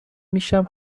میشم